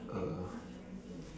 uh